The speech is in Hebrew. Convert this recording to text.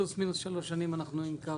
פלוס מינוס שלוש שנים אנחנו עם קו.